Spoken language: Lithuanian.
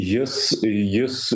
jis jis